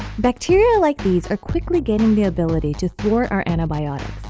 bacteria like these are quickly gaining the ability to thwart our antibiotics,